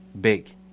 big